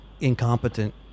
incompetent